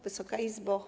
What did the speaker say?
Wysoka Izbo!